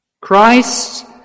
Christ